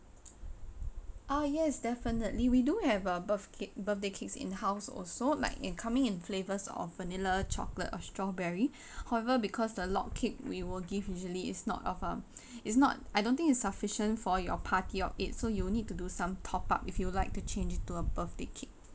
ah yes definitely we do have a birth~ cake birthday cakes in house also like it coming in flavours of vanilla chocolate or strawberry however because the log cake we will give usually is not of um it's not I don't think it's sufficient for your party of it so you'll need to do some top up if you would like to change it to a birthday cake